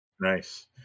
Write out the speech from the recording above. Nice